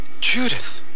Judith